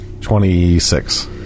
Twenty-six